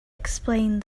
explained